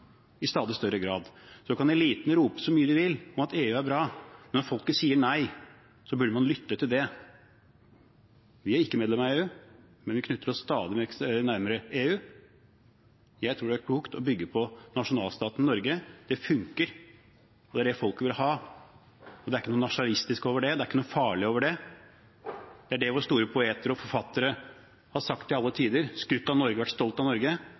i stadig større grad. Så kan eliten rope så mye de vil om at EU er bra, men når folket sier nei, burde man lytte til det. Vi er ikke medlem av EU, men vi knytter oss stadig nærmere EU. Jeg tror det er klokt å bygge på nasjonalstaten Norge. Det funker, det er det folk vil ha, og det er ikke noe nasjonalistisk over det, det er ikke noe farlig over det. Det er det våre store poeter og forfattere har sagt til alle tider – de har skrytt av Norge og vært stolte av Norge.